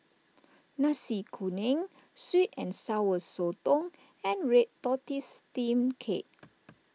Nasi Kuning Sweet and Sour Sotong and Red Tortoise Steamed Cake